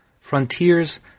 frontiers